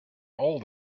all